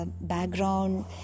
background